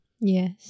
Yes